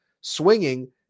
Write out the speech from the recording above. swinging